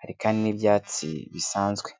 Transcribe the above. Hari kandi n'ibyatsi bisanzwe.